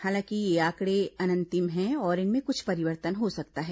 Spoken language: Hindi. हालांकि ये आंकड़े अंनतिम है और इनमें कुछ परिवर्तन हो सकता है